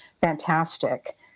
fantastic